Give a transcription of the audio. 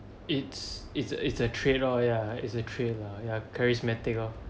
it's it's a it's a trait orh ya it's a trait lah ya charismatic lor